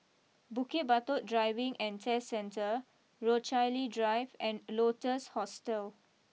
Bukit Batok Driving and Test Centre Rochalie Drive and Lotus Hostel